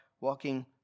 walking